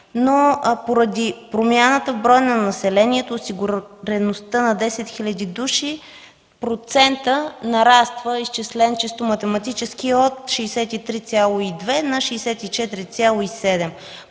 но поради промяната в броя на населението осигуреността на 10 хиляди души процентът нараства, изчислен чисто математически, от 63,2 на 64,7.